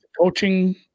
coaching